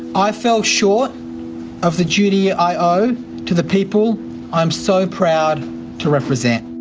i fell short of the duty i owe to the people i am so proud to represent.